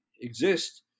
exist